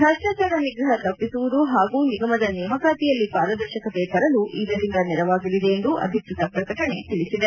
ಭ್ರಷ್ಟಾಚಾರ ನಿಗ್ರಹ ಹಾಗೂ ನಿಗಮದ ನೇಮಕಾತಿಗಳಲ್ಲಿ ಪಾರದರ್ಶಕತೆ ತರಲು ಇದರಿಂದ ನೆರವಾಗಲಿದೆ ಎಂದು ಅಧಿಕೃತ ಪ್ರಕಟಣೆ ತಿಳಿಸಿದೆ